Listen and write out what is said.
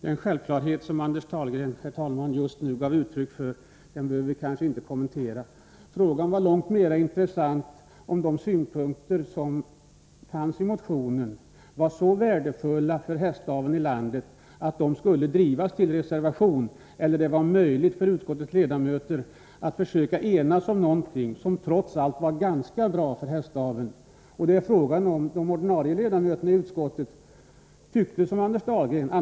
Herr talman! Det som Anders Dahlgren just nu gav uttryck för är självklarheter och behöver inte kommenteras. En fråga som är långt mera intressant är om synpunkterna i motionen var så värdefulla för hästaveln i landet att de nu måste drivas till reservation eller om det var viktigare att utskottets ledamöter kunde enas om någonting som trots allt är ganska bra för hästaveln. Frågan är om de ordinarie centerledamöterna i utskottet hade samma uppfattning som Anders Dahlgren.